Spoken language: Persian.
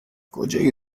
کجای